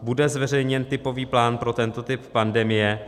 Bude zveřejněn typový plán pro tento typ pandemie?